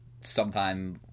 sometime